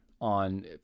on